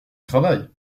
travail